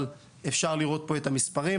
אבל אפשר לראות פה את המספרים,